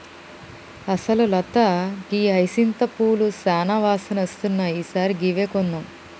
అసలు లత గీ హైసింత పూలు సానా వాసన ఇస్తున్నాయి ఈ సారి గివ్వే కొందాం